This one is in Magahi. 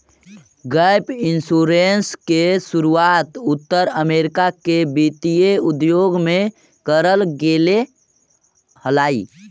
गैप इंश्योरेंस के शुरुआत उत्तर अमेरिका के वित्तीय उद्योग में करल गेले हलाई